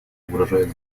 угрожает